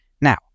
now